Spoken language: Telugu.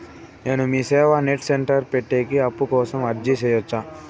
నేను మీసేవ నెట్ సెంటర్ పెట్టేకి అప్పు కోసం అర్జీ సేయొచ్చా?